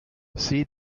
see